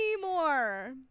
more